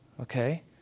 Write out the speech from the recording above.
Okay